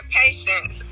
patience